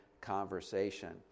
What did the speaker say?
conversation